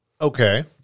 Okay